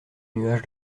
nuage